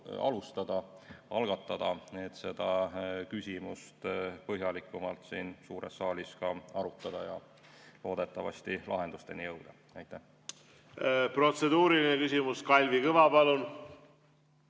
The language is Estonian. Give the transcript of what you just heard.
algatada, et seda küsimust põhjalikumalt siin suures saalis arutada ja loodetavasti lahendusteni jõuda. Aitäh!